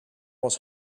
was